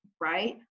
right